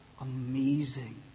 amazing